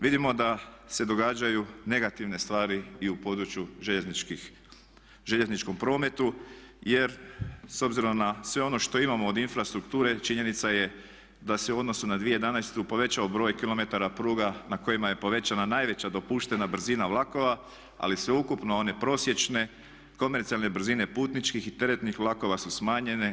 Vidimo da se događaju negativne stvari i u području željezničkom prometu, jer s obzirom na sve ono što imamo od infrastrukture činjenica je da se u odnosu na 2011. povećao broj kilometara pruga na kojima je povećana najveća dopuštena brzina vlakova, ali sveukupno one prosječne komercijalne brzine putničkih i teretnih vlakova su smanjene.